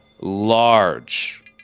large